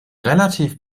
relativ